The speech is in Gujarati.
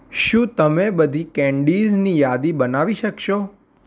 શું તમે બધી કેન્ડીઝની યાદી બનાવી શકશો